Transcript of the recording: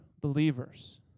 believers